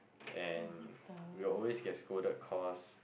and we will always get scolded cause